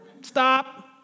Stop